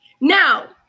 Now